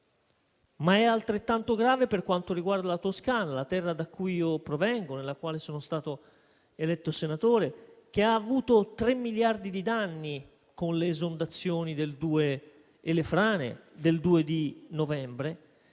Ma è altrettanto grave per quanto riguarda la Toscana, la terra da cui io provengo, nella quale sono stato eletto senatore, che ha avuto tre miliardi di danni con le esondazioni e le frane del 2 novembre.